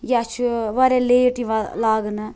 یا چھِ واریاہ لیٹ یِوان لاگنہٕ